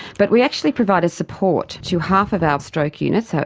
but we actually provided support to half of our stroke units, so